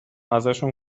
ازشون